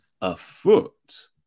afoot